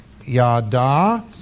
yada